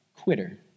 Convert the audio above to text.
quitter